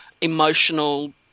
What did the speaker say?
emotional